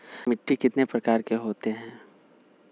मिट्टी कितने प्रकार के होते हैं?